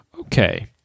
Okay